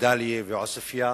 בדאליה ועוספיא,